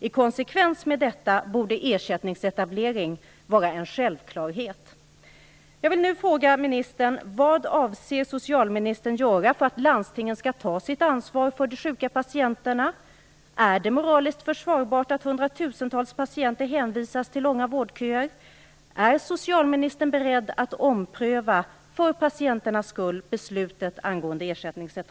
I konsekvens med detta borde ersättningsetablering vara en självklarhet.